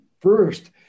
first